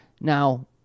Now